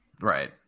Right